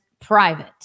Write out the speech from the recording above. private